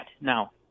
Now